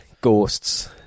ghosts